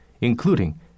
including